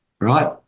right